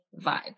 vibe